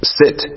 sit